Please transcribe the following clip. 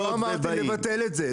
אני לא אמרתי לבטל את זה,